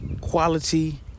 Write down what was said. Quality